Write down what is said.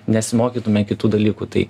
nesimokytume kitų dalykų tai